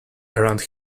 around